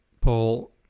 Paul